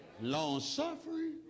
Long-suffering